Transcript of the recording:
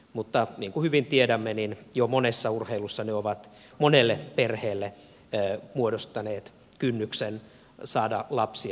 mutta niin kuin hyvin tiedämme jo monessa urheilussa ne ovat monelle perheelle muodostaneet kynnyksen saada lapsia liikkumaan